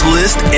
List